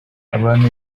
abantu